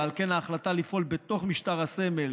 ועל כן ההחלטה לפעול בתוך משטר הסמל